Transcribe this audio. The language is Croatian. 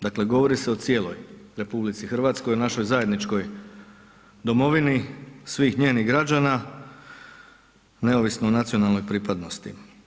Dakle, govori se o cijeloj RH, našoj zajedničkoj domovini, svih njenih građana neovisno o nacionalnoj pripadnosti.